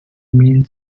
mean